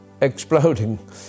exploding